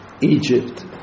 Egypt